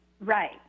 Right